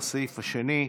לסעיף השני: